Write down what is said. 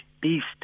beast